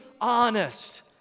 honest